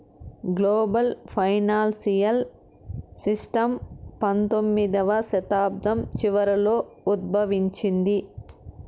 global financial system పంతొమ్మిదవ శతాబ్దం చివరలో ఉద్భవించింది